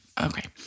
Okay